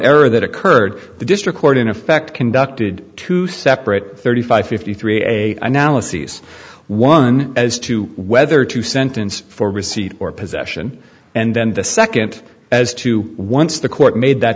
error that occurred the district court in effect conducted two separate thirty five fifty three a analyses one as to whether to sentence for receipt or possession and then the second as to once the court made that